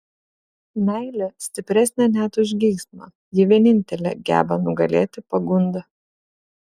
meilė stipresnė net už geismą ji vienintelė geba nugalėti pagundą